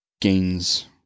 gains